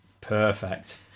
perfect